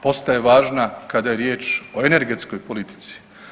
Postaje važna kada je riječ o energetskoj politici.